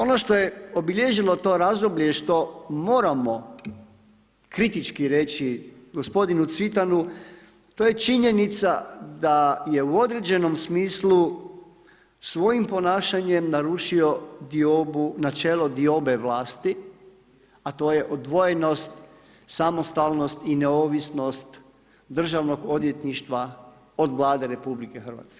Ono što je obilježilo to razdoblje je što moramo kritički reći gospodinu Cvitanu, to je činjenica da je u određenom smislu svojim ponašanjem narušio diobu, načelo diobe vlasti, a to je odvojenost, samostalnost i neovisnost državnog odvjetništva od Vlade RH.